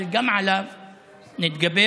אבל גם עליו נתגבר.